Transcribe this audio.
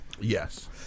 Yes